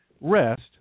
rest